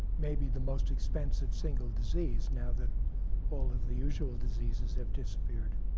maybe the most expensive single disease now that all of the usual diseases have disappeared.